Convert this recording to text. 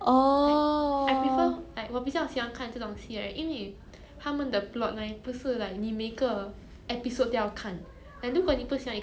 or is it like something like brooklyn nine nine 讲 or where every episode right 有自己 the comedy effect or accurate Q_Q 聊天